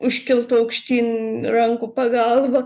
užkiltų aukštyn rankų pagalba